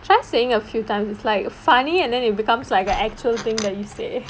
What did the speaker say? try saying a few times it's like funny and then it becomes like an actual thing that you say